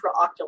intraocular